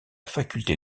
faculté